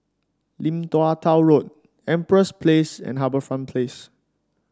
Lim Tua Tow Road Empress Place and HarbourFront Place